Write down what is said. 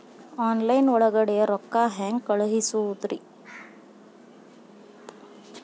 Online ಒಳಗಡೆ ರೊಕ್ಕ ಹೆಂಗ್ ಕಳುಹಿಸುವುದು?